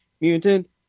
Mutant